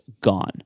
gone